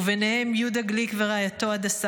ובהם יהודה גליק ורעייתו הדס,